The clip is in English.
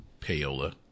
payola